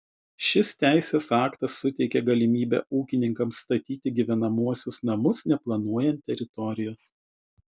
šis teisės aktas suteikia galimybę ūkininkams statyti gyvenamuosius namus neplanuojant teritorijos